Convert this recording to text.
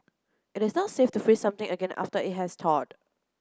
it is not safe to freeze something again after it has thawed